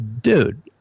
dude